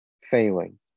failing